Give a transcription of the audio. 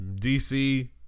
DC